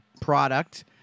product